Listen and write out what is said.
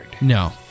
No